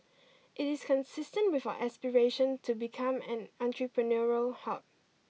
it is consistent with our aspiration to become an entrepreneurial hub